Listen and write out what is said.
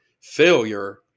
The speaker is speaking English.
failure